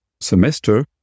semester